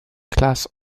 class